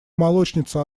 молочница